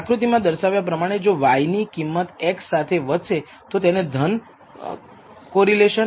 આકૃતિમાં દર્શાવ્યા પ્રમાણે જો y ની કિંમત x સાથે વધશે તો તેને ધન કોરિલેશન કહીશું